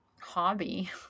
hobby